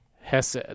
hesed